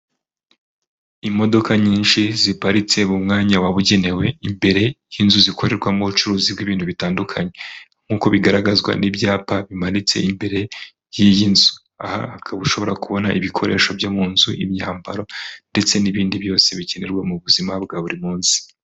Imodoka nyinshi ziparitse mu mwanya wabugenewe imbere y'inzu zikorerwamo ubucuruzi bw'ibintu bitandukanye, nk'uko bigaragazwa n'ibyapa bimanitse imbere y'iyi nzu, aha akaba ushobora kubona ibikoresho byo mu nzu imyambaro ndetse n'ibindi byose bikenerwa mu buzima bwa buri munsi.